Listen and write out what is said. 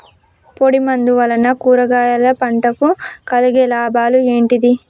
పొడిమందు వలన కూరగాయల పంటకు కలిగే లాభాలు ఏంటిది?